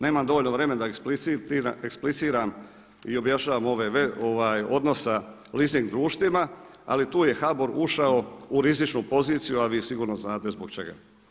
Nemam dovoljno vremena da ekspliciram i objašnjavam ove odnos sa leasing društvima, ali tu je HBOR ušao u rizičnu poziciju, a vi sigurno znate zbog čega.